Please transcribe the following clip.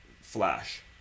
flash